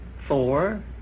Four